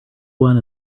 one